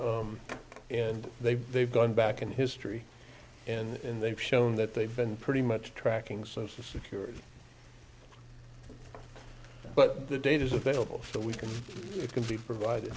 increase and they've they've gone back in history and they've shown that they've been pretty much tracking social security but the data is available so we can it can be provid